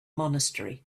monastery